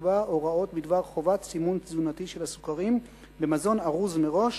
יקבע הוראות בדבר חובת סימון תזונתי של הסוכרים במזון ארוז מראש